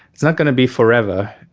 it's not going to be forever.